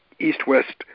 east-west